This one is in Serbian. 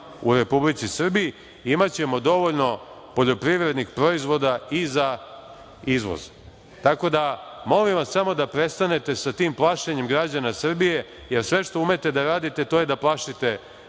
u Republici Srbiji. Imaćemo dovoljno poljoprivrednih proizvoda i za izvoz. Molim vas samo da prestanete sa tim plašenjem građana Srbije, jer sve što umete da radite to je da plašite